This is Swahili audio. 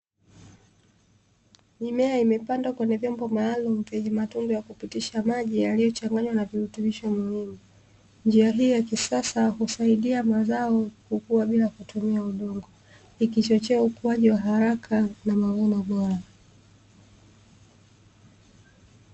Mimea imepandwa kwenye vyombo maalumu vyenye matundu ya kupitisha maji yaliyochanganywa na virutubisho muhimu. Njia hii ya kisasa husaidia mazao kukua bila kutumia udongo, ikichochea ukuaji wa haraka na mavuno bora.